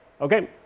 Okay